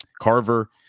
Carver